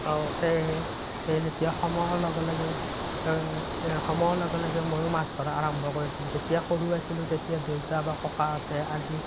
সেয়েহে সেই যেতিয়া সময়ৰ লগে লগে সময়ৰ লগে লগে মইও মাছ ধৰা আৰম্ভ কৰিছোঁ যেতিয়া সৰু আছিলোঁ তেতিয়া দেউতা বা ককাহঁতে